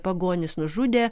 pagonys nužudė